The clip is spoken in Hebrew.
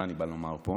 מה אני בא לומר פה?